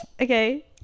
okay